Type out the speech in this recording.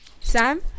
sam